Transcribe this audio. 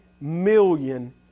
million